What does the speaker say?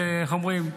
איך אומרים,